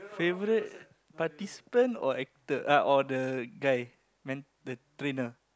favorite participant or actor uh or the guy man the trainer